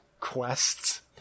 quests